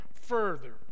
further